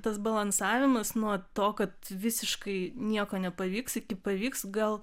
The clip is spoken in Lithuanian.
tas balansavimas nuo to kad visiškai nieko nepavyks iki pavyks gal